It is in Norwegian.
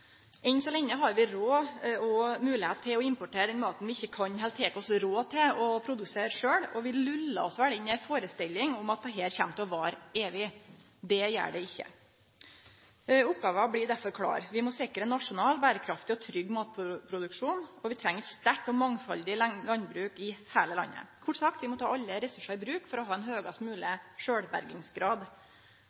Enn så lenge har vi råd og moglegheit til å importere den maten vi ikkje kan eller tek oss råd til å produsere sjølve, og vi lullar oss vel inn i ei førestelling om at dette kjem til å vare evig. Det gjer det ikkje. Oppgåva blir derfor klar: Vi må sikre ein nasjonal, berekraftig og trygg matproduksjon, og vi treng eit sterkt og mangfaldig landbruk i heile landet. Kort sagt må vi ta alle ressursar i bruk for å ha ein høgast mogleg sjølvbergingsgrad.